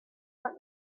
let